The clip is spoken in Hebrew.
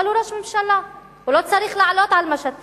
אבל הוא ראש ממשלה, הוא לא צריך לעלות על משטים.